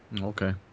Okay